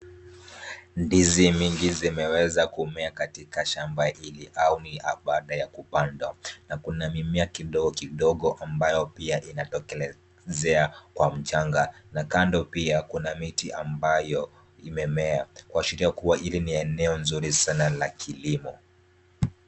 Ndizi nyingi zimemea katika shamba hili au ni baada ya kupandwa na kuna mimea kidogo kidogo ambayo pia inatokelezea kwa mchanga na kando kuna miti ambayo imemea kuashiria hili ni eneo zuri la kilimo.